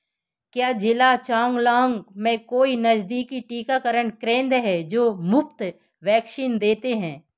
क्या जिला चांगलांग में कोई नज़दीकी टीकाकरण केंद्र हैं जो मुफ़्त वैक्शीन देते हैं